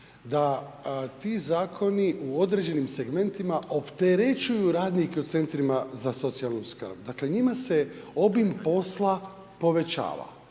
da ti zakoni u određenim segmentima opterećuju radnike u centrima za socijalnu skrb. Dakle njima se obim posla povećava.